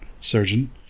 surgeon